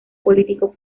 político